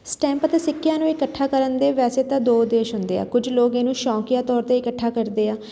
stamp ਅਤੇ ਸਿੱਕਿਆਂ ਨੂੰ ਇਕੱਠਾ ਕਰਨ ਦੇ ਵੈਸੇ ਤਾਂ ਦੋ ਉਦੇਸ਼ ਹੁੰਦੇ ਆ ਕੁਝ ਲੋਕ ਇਹਨੂੰ ਸ਼ੌਂਕੀਆ ਤੌਰ 'ਤੇ ਇਕੱਠਾ ਕਰਦੇ ਹਾਂ